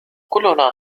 كلنا